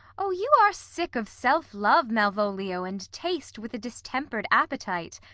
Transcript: o, you are sick of self-love, malvolio, and taste with a distemper'd appetite.